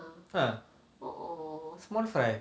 eh small fry